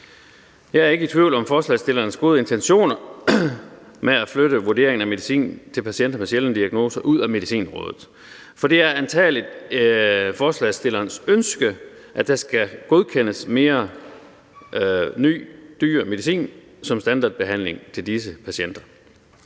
Jeg er ikke i tvivl om forslagsstillernes gode intentioner med at flytte vurderingen af medicin til patienter med sjældne diagnoser ud af Medicinrådet, for det er antagelig forslagsstillernes ønske, at der skal godkendes mere ny dyr medicin som standardbehandling til disse patienter.